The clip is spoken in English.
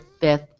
fifth